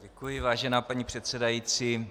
Děkuji, vážená paní předsedající.